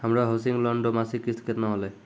हमरो housing loan रो मासिक किस्त केतना होलै?